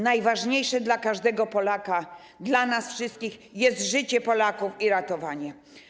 Najważniejsze dla każdego Polaka, dla nas wszystkich jest życie Polaków i ratowanie.